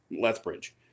Lethbridge